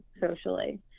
socially